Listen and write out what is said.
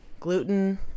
Gluten